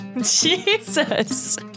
Jesus